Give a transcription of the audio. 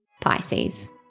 Pisces